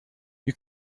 you